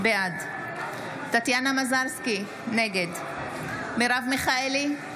בעד טטיאנה מזרסקי, נגד מרב מיכאלי,